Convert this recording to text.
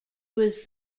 was